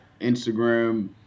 Instagram